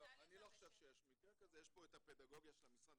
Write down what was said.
יש פה את הפדגוגיה של המשרד.